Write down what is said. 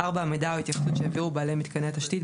(4)המידע או ההתייחסות שהעבירו בעלי מיתקני התשתית,